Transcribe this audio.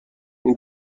این